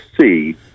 see